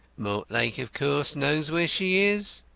mortlake of course knows where she is?